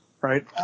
Right